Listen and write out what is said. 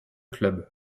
club